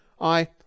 I—